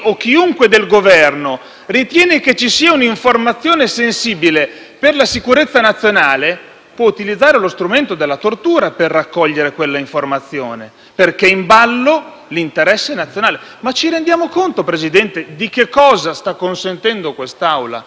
utilizzare lo strumento della tortura per raccogliere quella informazione perché è in ballo l'interesse nazionale. Ma ci rendiamo conto, Presidente, di che cosa sta consentendo quest'Assemblea? Io penso che non sia affatto vero che la relazione del presidente Grasso